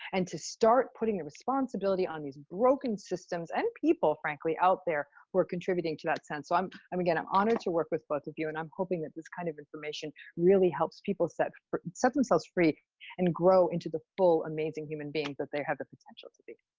and to start putting a responsibility on these broken systems, and people frankly out there who are contributing to that sense. so again, i'm honored to work with both of you, and i'm hoping that this kind of information really helps people set set themselves free and grow into the full amazing human beings that they have the potential to be.